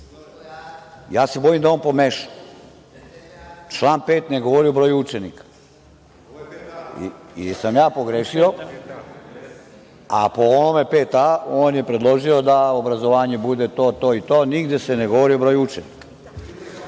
se da je on pomešao. Član 5. ne govori o broju učenika. Da li sam ja pogrešio? Po ovome, 5a, on je predložio da obrazovanje bude to, to i to, nigde se ne govori o broju učenika. Kaže